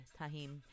tahim